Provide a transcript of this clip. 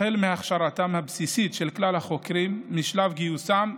החל מהכשרתם הבסיסית של כלל החוקרים משלב גיוסם,